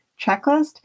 checklist